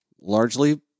largely